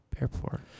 airport